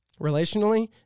Relationally